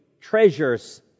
treasures